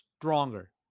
stronger